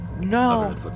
no